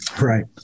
Right